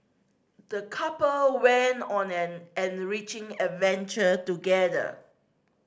the couple went on an enriching adventure together